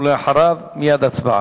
ואחריו, הצבעה.